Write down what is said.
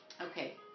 Okay